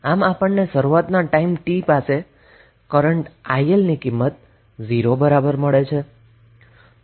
હવે આપણે initial time t બરાબર 0 પાસે પાસે કરન્ટ ની વેલ્યુ iL થી રજૂ કરીશું